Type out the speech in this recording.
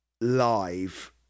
live